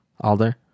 Alder